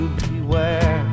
beware